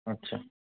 अच्छा